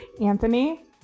Anthony